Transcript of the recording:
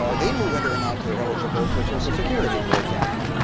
ah they know whether or not they're eligible for social security for example.